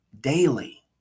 daily